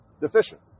deficient